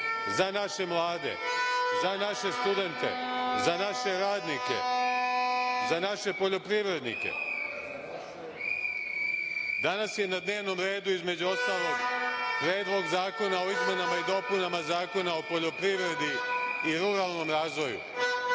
za naše mlade, za naše studente, za naše radnike, za naše poljoprivrednike. Danas je na dnevnom redu, između ostalog, Predlog zakona o izmenama i dopunama Zakona o poljoprivredi i ruralnom razvoju.